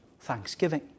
Thanksgiving